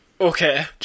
Okay